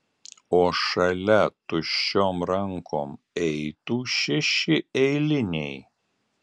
o šalia tuščiom rankom eitų šeši eiliniai